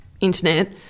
internet